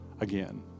again